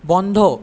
বন্ধ